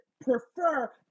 prefer